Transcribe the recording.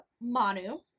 Manu